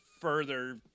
further